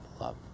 love